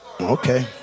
Okay